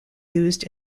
used